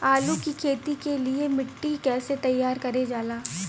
आलू की खेती के लिए मिट्टी कैसे तैयार करें जाला?